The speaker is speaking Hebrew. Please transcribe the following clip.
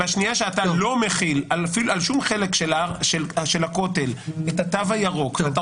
בשנייה שאתה לא מחיל על שום חלק של הכותל את התו הירוק ואתה